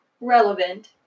relevant